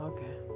Okay